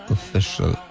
Official